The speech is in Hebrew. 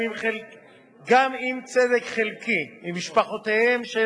גם אם צדק חלקי, עם משפחותיהם של